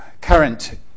current